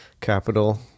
capital